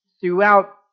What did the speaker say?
throughout